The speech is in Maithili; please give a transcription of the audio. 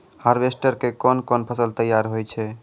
हार्वेस्टर के कोन कोन फसल तैयार होय छै?